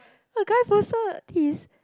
a guy posted his